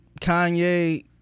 Kanye